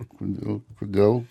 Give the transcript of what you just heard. kodėl kodėl